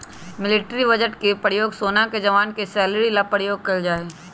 military budget के प्रयोग सेना के जवान के सैलरी ला प्रयोग कइल जाहई